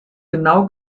genau